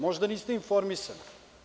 Možda niste informisani.